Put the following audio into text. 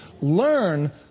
Learn